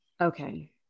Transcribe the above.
okay